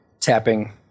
tapping